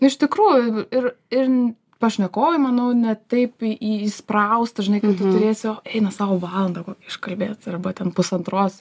iš tikrųjų ir ir pašnekovei manau ne taip įspraustą žinai kad tu turėsi eina sau valandą kokią iškalbėt arba ten pusantros